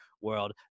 world